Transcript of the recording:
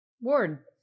Ward